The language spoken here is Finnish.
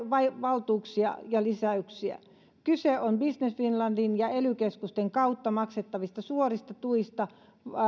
valtuuksia ja lisäyksiä kyse on business finlandin ja ely keskusten kautta maksettavista suorista tuista